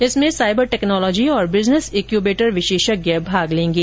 इसमें cyber technology और business incubator विशेषज्ञ भाग लेंगे